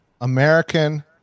American